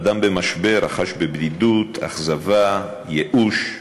אדם במשבר החש בדידות, אכזבה, ייאוש,